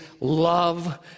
love